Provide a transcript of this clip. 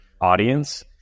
audience